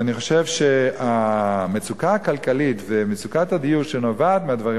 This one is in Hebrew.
ואני חושב שהמצוקה הכלכלית ומצוקת הדיור שנובעות מהדברים